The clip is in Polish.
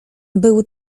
był